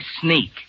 sneak